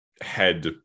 head